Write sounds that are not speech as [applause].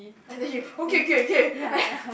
and then you okay okay okay I [laughs]